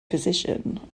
position